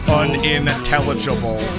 unintelligible